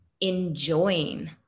enjoying